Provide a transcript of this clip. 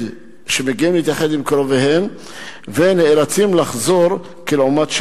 עם זכר קרובים נאלצים לחזור כלעומת שבאו.